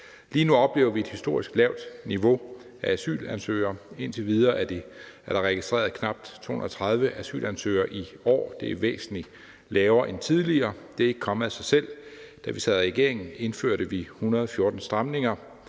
Lige nu oplever vi et historisk lavt niveau af asylansøgere. Indtil videre er der registreret knap 230 asylansøgere i år, pg det er et væsentlig lavere antal end tidligere. Det er ikke kommet af sig selv. Da vi sad i regering, indførte vi 114 stramninger.